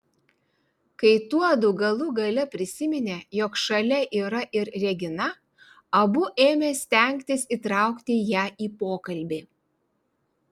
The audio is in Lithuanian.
kai tuodu galų gale prisiminė jog šalia yra ir regina abu ėmė stengtis įtraukti ją į pokalbį